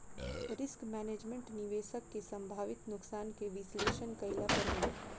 risk management, निवेशक के संभावित नुकसान के विश्लेषण कईला पर होला